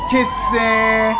Kissing